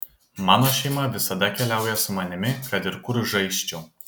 mano šeima visada keliauja su manimi kad ir kur žaisčiau